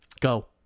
Go